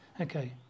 okay